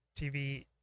TV